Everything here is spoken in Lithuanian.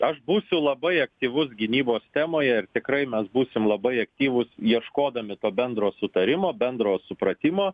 aš būsiu labai aktyvus gynybos stemoje ir tikrai mes būsim labai aktyvūs ieškodami to bendro sutarimo bendro supratimo